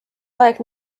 aeg